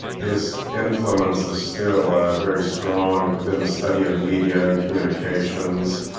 his influence is still ah very strong within the study of media and communications.